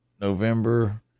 november